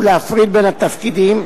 ולהפריד בין התפקידים,